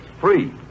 free